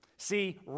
See